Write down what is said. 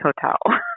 hotel